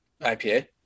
IPA